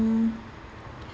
mm